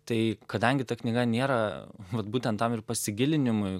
tai kadangi ta knyga nėra vat būtent tam ir pasigilinimui